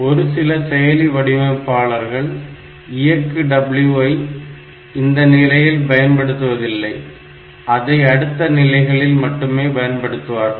ஒரு சில செயலி வடிவமைப்பாளர்கள் இயக்கு W ஐ இந்த நிலையில் பயன்படுத்துவதில்லை அதை அடுத்த நிலைகளில் மட்டுமே பயன்படுத்துவார்கள்